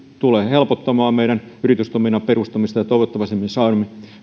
tulee helpottamaan meillä yritystoiminnan perustamista toivottavasti me saamme